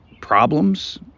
problems